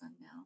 now